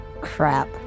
Crap